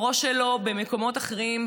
הראש שלו במקומות אחרים,